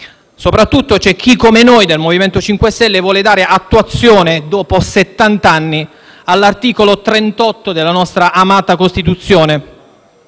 Soprattutto, c'è chi, come noi del MoVimento 5 Stelle, vuole dare attuazione, dopo settant'anni, all'articolo 38 della nostra amata Costituzione,